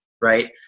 right